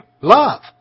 love